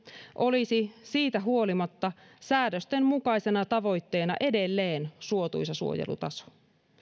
olisi siitä huolimatta säädösten mukaisena tavoitteena edelleen suotuisa suojelutaso